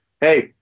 Hey